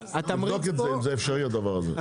תבדוק את זה אם זה אפשרי הדבר הזה.